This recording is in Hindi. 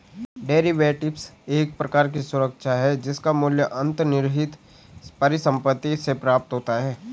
डेरिवेटिव्स एक प्रकार की सुरक्षा है जिसका मूल्य अंतर्निहित परिसंपत्ति से प्राप्त होता है